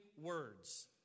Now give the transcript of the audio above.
words